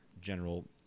general